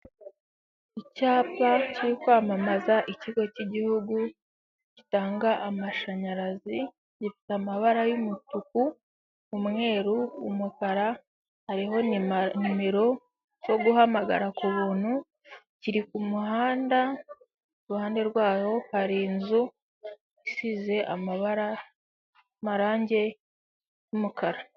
Icyapa cyo kwamamaza ikigo cy'igihugu gitanga amashanyarazi, gifite amabara y'umutuku, umweru, umukara, hariho nimero zo guhamagara kubuntu, kiri kumuhanda, iruhande rwacyo hari inzu isize amarangi y'umukara.